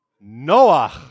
Noah